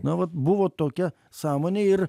na vat buvo tokia sąmonė ir